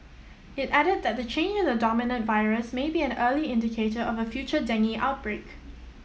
it added that the change in the dominant virus may be an early indicator of a future dengue outbreak